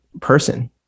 person